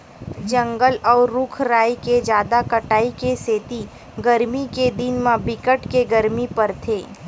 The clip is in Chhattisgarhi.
जंगल अउ रूख राई के जादा कटाई के सेती गरमी के दिन म बिकट के गरमी परथे